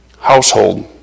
household